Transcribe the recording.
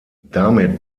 damit